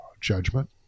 Judgment